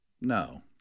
No